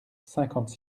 cinquante